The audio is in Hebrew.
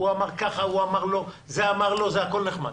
הוא אמר ככה, הוא אמר לא, זה הכול נחמד.